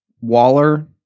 Waller